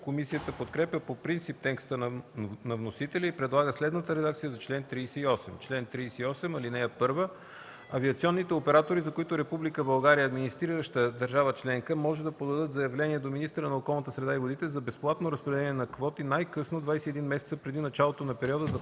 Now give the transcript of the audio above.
Комисията подкрепя по принцип текста на вносителя и предлага следната редакция за чл. 38: „Чл. 38. (1) Авиационните оператори, за които Република България е администрираща държава членка, може да подадат заявление до министъра на околната среда и водите за безплатно разпределение на квоти най-късно 21 месеца преди началото на периода, за